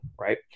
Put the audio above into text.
Right